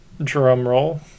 drumroll